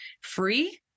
free